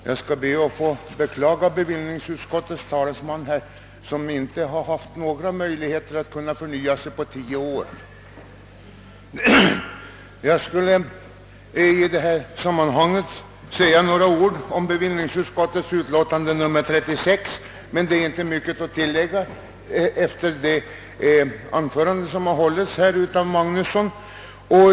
Herr talman! Jag måste beklaga bevillningsutskottets talesman som inte har haft några möjligheter att förnya sig på tio år. — För egen del har jag inte mycket att tillägga efter det anförande som hållits av herr Magnusson i Borås.